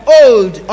old